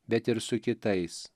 bet ir su kitais